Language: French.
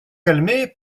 calmé